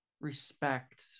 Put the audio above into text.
respect